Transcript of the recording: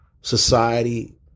society